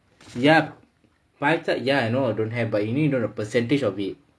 yup pie chart ya I know don't have but you need to know the percentage of it